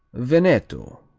veneto,